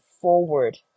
forward